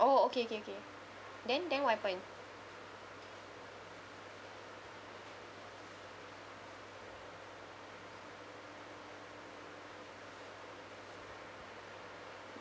oh okay okay okay then then what happened